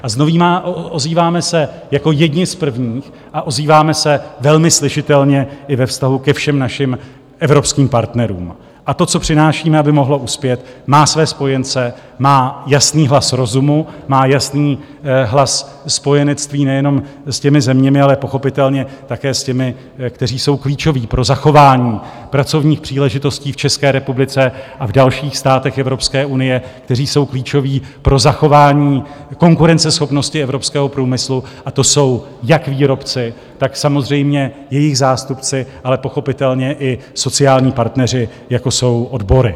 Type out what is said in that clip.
A ozýváme se jako jedni z prvních a ozýváme se velmi slyšitelně i ve vztahu ke všem našim evropským partnerům, a to, co přinášíme, aby mohlo uspět, má své spojence, má jasný hlas rozumu, má jasný hlas spojenectví nejenom s těmi zeměmi, ale pochopitelně také s těmi, kteří jsou klíčoví pro zachování pracovních příležitostí v České republice a v dalších státech Evropské unie, kteří jsou klíčoví pro zachování konkurenceschopnosti evropského průmyslu, a to jsou jak výrobci, tak samozřejmě jejich zástupci, ale pochopitelně i sociální partneři jako jsou odbory.